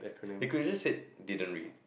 they could have just say didn't read